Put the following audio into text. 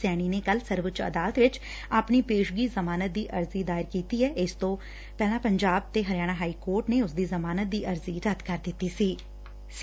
ਸੈਣੀ ਨੇ ਕੱਲ ਸਰਵਉੱਚ ਅਦਾਲਤ ਵਿਚ ਆਪਣੀ ਪੇਸ਼ਗੀ ਜ਼ਮਾਨਤ ਦੀ ਅਰਜ਼ੀ ਦਾਇਰ ਕੀਤੀ ਏ ਇਸ ਤੋਂ ਪੰਜਾਬ ਤੇ ਹਰਿਆਣਾ ਹਾਈ ਕੋਰਟ ਨੇ ਉਸ ਦੀ ਜ਼ਮਾਨਤ ਦੀ ਅਰਜ਼ੀ ਰੱਦ ਕਰ ਦਿੱਤੀ ਸੀ